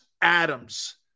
Adams